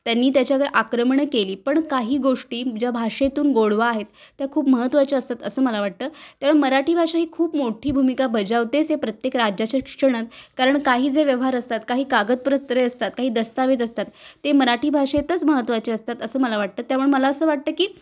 त्यांनी त्याच्या आक्रमणं केली पण काही गोष्टी ज्या भाषेतून गोडवा आहेत त्या खूप महत्त्वाच्या असतात असं मला वाटतं त्याम मराठी भाषा ही खूप मोठी भूमिका बजावतेच हे प्रत्येक राज्याच्या शिक्षणात कारण काही जे व्यवहार असतात काही कागदपत्रे असतात काही दस्तऐवज असतात ते मराठी भाषेतच महत्त्वाचे असतात असं मला वाटतं त्यामुळे मला असं वाटतं की